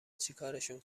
چیکارشون